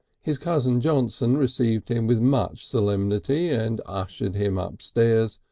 his cousin johnson received him with much solemnity and ushered him upstairs,